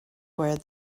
were